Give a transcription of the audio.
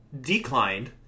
declined